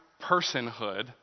personhood